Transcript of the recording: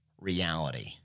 reality